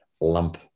lump